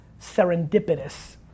serendipitous